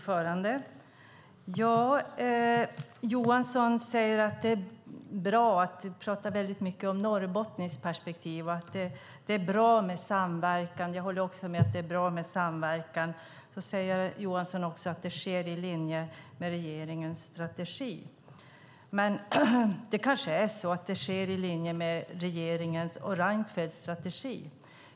Fru talman! Johansson pratar väldigt mycket ur ett norrbottniskt perspektiv och säger att det är bra med samverkan. Jag håller med om det. Johansson säger också att det sker i linje med regeringens strategi. Det kanske stämmer att det sker i linje med regeringens och Reinfeldts strategi.